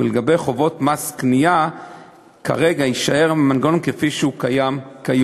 ולגבי חובות מס קנייה כרגע יישאר המנגנון כפי שהוא כיום.